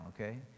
okay